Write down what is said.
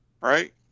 right